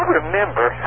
remember